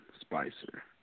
Spicer